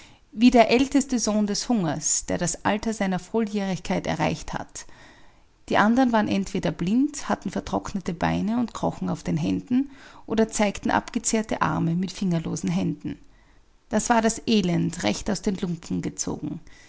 wie der älteste sohn des hungers der das alter seiner volljährigkeit erreicht hat die andern waren entweder blind hatten vertrocknete beine und krochen auf den händen oder zeigten abgezehrte arme mit fingerlosen händen das war das elend recht aus den lumpen gezogen